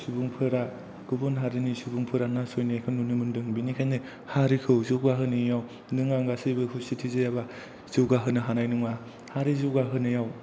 सुबुंफोरा गुबुन हारिनि सुबुंफोरा नासयनायखौ नुनो मोन्दों बेनिखायनो हारिखौ जौगाहोनायाव नों आं गासैबो खौसेथि जायाबा जौगाहोनो हानाय नङा हारि जौगाहोनायाव